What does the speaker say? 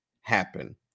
happen